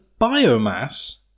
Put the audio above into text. biomass